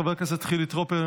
חבר חילי טרופר,